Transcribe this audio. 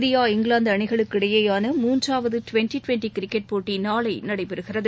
India இங்கிவாந்துக்கு அணிகளுக்கு இடையேயான மூன்றாவது டுவெண்ட்டி டுவெண்டி கிரிக்கெட் போட்டி நாளை நடைபெறுகிறது